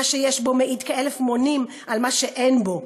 מה שיש בו מעיד כאלף מונים על מה שאין בו.